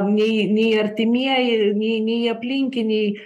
nei nei artimieji nei nei aplinkiniai